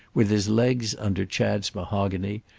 with his legs under chad's mahogany,